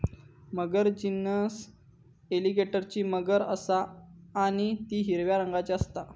मगर genus एलीगेटरची मगर असा आणि ती हिरव्या रंगाची असता